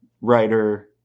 writer